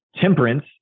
temperance